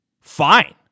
fine